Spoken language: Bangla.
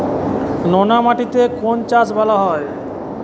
নোনা মাটিতে কোন চাষ ভালো হয়?